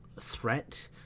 threat